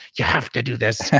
you have to do this.